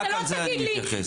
אתה לא תגיד לי,